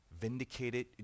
vindicated